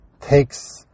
takes